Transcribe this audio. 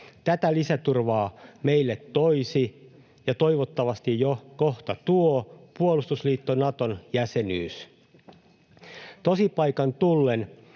Tätä lisäturvaa meille toisi, ja toivottavasti jo kohta tuo, puolustusliitto Naton jäsenyys. Tosipaikan tullen